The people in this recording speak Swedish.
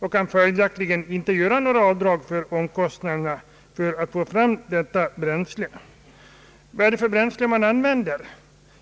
enär de följaktligen inte kan göra avdrag för omkostnaderna för att anskaffa detta bränsle. Vad använder man då för bränsle?